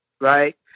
right